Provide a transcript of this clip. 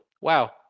Wow